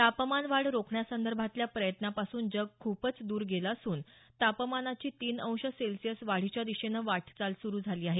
तापमान वाढ रोखण्यासंदर्भातल्या प्रयत्नापासून जग खूपच द्र गेलं असून तापमानाची तीन अंश सेल्सिअस वाढीच्या दिशेनं वाटचाल सुरु झाली आहे